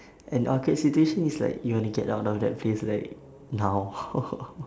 an awkward situation is like you wanna get out of that place like now